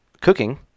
cooking